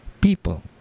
people